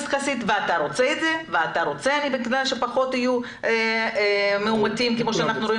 ואני יודעת שאתה רוצה שיהיו פחות מאומתים כמו שאנחנו רואים